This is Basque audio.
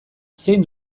zein